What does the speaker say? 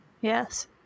Yes